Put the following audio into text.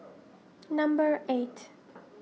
number eight